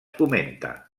comenta